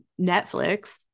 Netflix